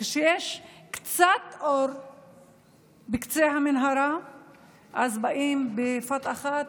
וכשיש קצת אור בקצה המנהרה אז באים בבת אחת